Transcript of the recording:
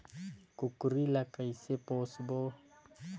कूकरी ला कइसे पोसबो?